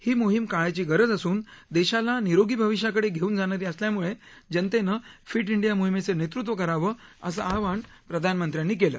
ही मोहीम काळाची गरज असून देशाला निरोगी भविष्याकडे घेऊन जाणारी असल्यामुळे जनतेनं फिट इंडिया मोहिमेचं नेतृत्व करावं असं आवाहन प्रधानमंत्र्यांनी केलं